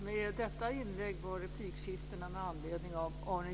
Fru talman!